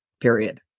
period